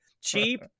Cheap